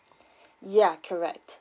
yeah correct